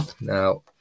Now